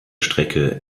strecke